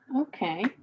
Okay